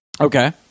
Okay